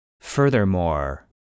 Furthermore